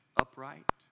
upright